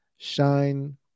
Shine